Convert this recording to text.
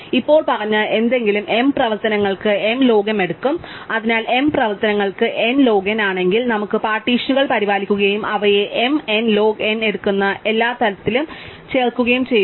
ഇപ്പോൾ ഞങ്ങൾ പറഞ്ഞ ഏതെങ്കിലും m പ്രവർത്തനങ്ങൾക്ക് m ലോഗ് m എടുക്കും അതിനാൽ m പ്രവർത്തനങ്ങൾക്ക് n log n ആണെങ്കിൽ നമുക്ക് പാർട്ടീഷനുകൾ പരിപാലിക്കുകയും അവയെ m n log n എടുക്കുന്ന എല്ലാത്തിലും ചേർക്കുകയും ചെയ്യുന്നു